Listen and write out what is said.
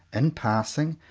in passing,